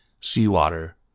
seawater